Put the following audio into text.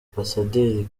ambasaderi